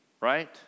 right